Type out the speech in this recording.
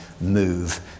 move